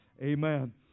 Amen